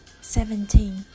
Seventeen